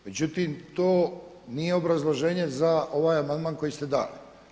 Međutim, to nije obrazloženje za ovaj amandman koji ste dali.